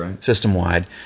system-wide